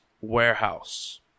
Warehouse